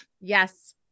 Yes